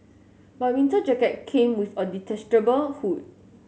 my winter jacket came with a detachable hood